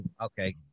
Okay